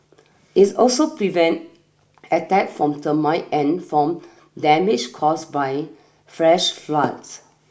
is also prevent attack from termite and from damage caused by fresh floods